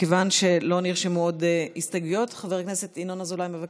חבר הכנסת ינון אזולאי מבקש?